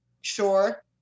sure